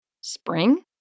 Spring